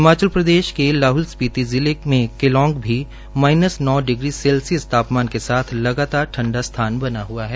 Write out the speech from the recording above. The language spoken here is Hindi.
हिमाचल प्रदेश के लाह्ल स्पीति जिले में केलांग में माईनस नौ डिग्री सेल्सियस तापमान के साथ लगातार ठंडा बना हुआ है